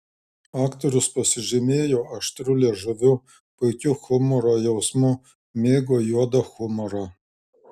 aktorius pasižymėjo aštriu liežuviu puikiu humoro jausmu mėgo juodą humorą